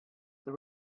the